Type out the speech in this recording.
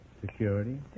Security